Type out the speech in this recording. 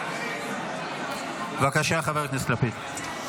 בבקשה, חבר הכנסת לפיד.